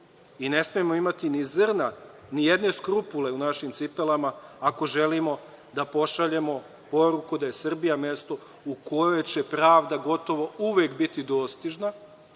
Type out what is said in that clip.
i ne smemo imati ni zrna, ni jedne skrupule u našim cipelama ako želimo da pošaljemo poruku da je Srbija mesto gde će pravda gotovo uvek biti dostižna.